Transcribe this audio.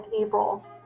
April